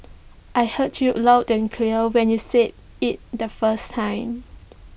I heard you loud and clear when you said IT the first time